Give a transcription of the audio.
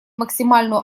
максимальную